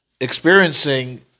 experiencing